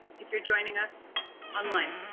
if you're joining us online.